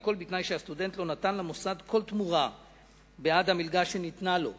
והכול בתנאי שהסטודנט לא נתן למוסד כל תמורה בעד המלגה שניתנה לו.